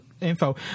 info